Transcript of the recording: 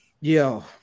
Yo